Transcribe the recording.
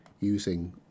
using